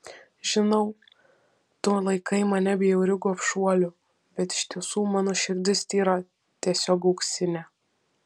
žinau tu laikai mane bjauriu gobšuoliu bet iš tiesų mano širdis tyra tiesiog auksinė